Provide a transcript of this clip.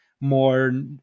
more